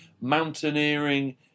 mountaineering